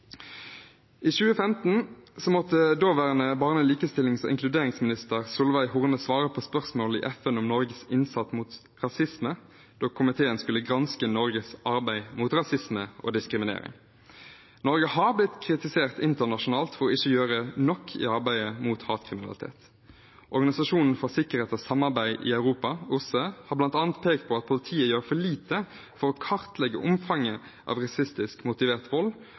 I 2015 måtte daværende barne-, likestillings- og inkluderingsminister Solveig Horne svare på spørsmål i FN om Norges innsats mot rasisme, da komiteen skulle granske Norges arbeid mot rasisme og diskriminering. Norge har blitt kritisert internasjonalt for ikke å gjøre nok i arbeidet mot hatkriminalitet. Organisasjonen for sikkerhet og samarbeid i Europa, OSSE, har bl.a. pekt på at politiet gjør for lite for å kartlegge omfanget av rasistisk motivert vold,